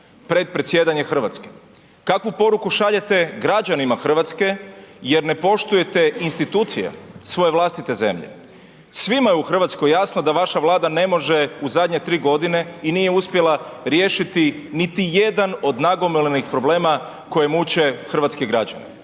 pred predsjedanje Hrvatske, kakvu poruku šaljete građanima Hrvatske jer ne poštujete institucije svoje vlastite zemlje? Svima je u Hrvatskoj jasno da vaše Vlada ne može u zadnje 3 godine i nije uspjela riješiti niti jedan od nagomilanih problema koji muče hrvatske građane,